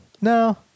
no